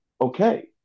okay